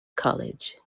college